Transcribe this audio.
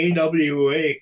AWA